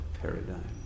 paradigm